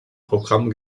programm